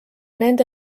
nende